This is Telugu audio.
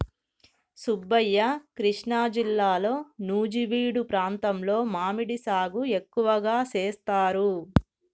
సుబ్బయ్య కృష్ణా జిల్లాలో నుజివీడు ప్రాంతంలో మామిడి సాగు ఎక్కువగా సేస్తారు